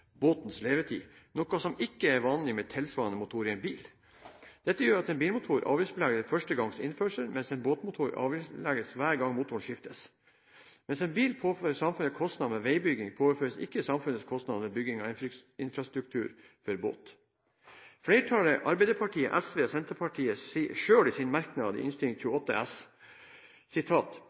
båtens levetid, noe som ikke er vanlig for tilsvarende motor i en bil. Dette gjør at en bilmotor avgiftsbelegges ved første gangs innførsel, mens en båtmotor avgiftsbelastes hver gang den skiftes. Mens en bil påfører samfunnet kostnader ved veibygging, påføres ikke samfunnet kostnader til infrastruktur for båt. Flertallet – Arbeiderpartiet, SV og Senterpartiet – sier selv i sin merknad i Innst. S. nr. 28